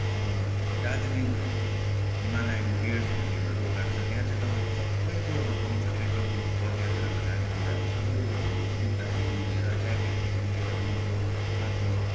Darjeeling Himalayan gears भन्ने एउटा दोकान छ त्यहाँ चाहिँ तपाईँको सबै कुराहरू पाउँछ ट्रेकिङको पदयात्रामा जाने कुराहरू सबै कुराहरू पाउनुहुन्छ जुत्तादेखि लिएर ज्याकेटदेखि लिएर मोटो पातलो